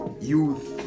youth